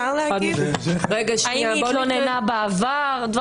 האם היא התלוננה בעבר.